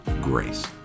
grace